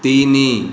ତିନି